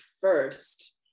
first